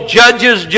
judges